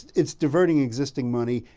it's diverting existing money,